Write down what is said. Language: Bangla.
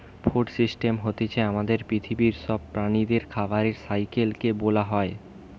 ফুড সিস্টেম হতিছে আমাদের পৃথিবীর সব প্রাণীদের খাবারের সাইকেল কে বোলা হয়